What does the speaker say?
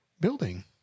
building